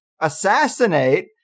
assassinate